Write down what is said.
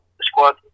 squad